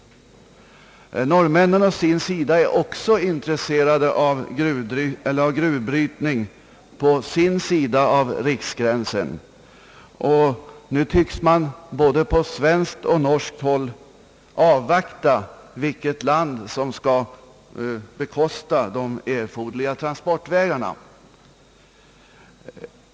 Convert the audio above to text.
Norrmännen är intresserade av gruvbrytning på sin sida om riksgränsen. Nu tycks man både på svenskt och norskt håll avvakta vilket land som skall bekosta de erforderliga transportvägarna.